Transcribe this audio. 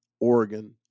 Oregon